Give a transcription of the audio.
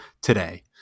today